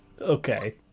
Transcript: Okay